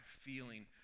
feeling